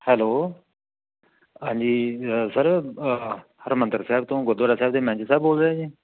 hello ਹਾਂਜੀ sir Harmandir Sahib ਤੋਂ ਗੁਰਦੁਆਰਾ ਸਾਹਿਬ ਦੇ ਮੈਨੇਜਰ ਸਾਹਿਬ ਬੋਲ ਰਹੇ ਆ ਜੀ